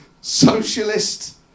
socialist